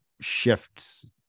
shifts